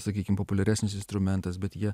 sakykim populiaresnis instrumentas bet jie